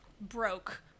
broke